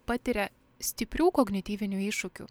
patiria stiprių kognityvinių iššūkių